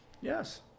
Yes